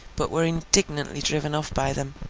but were indignantly driven off by them.